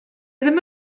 ddim